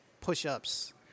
push-ups